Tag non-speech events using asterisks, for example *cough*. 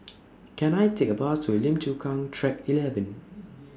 *noise* Can I Take A Bus to Lim Chu Kang Track eleven